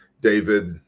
David